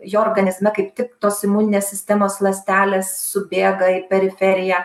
jo organizme kaip tik tos imuninės sistemos ląstelės subėga į periferiją